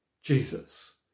Jesus